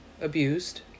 abused